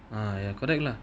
ya correct lah